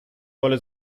wolle